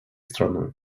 страной